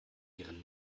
ihren